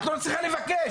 את לא צריכה לבקש.